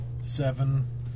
seven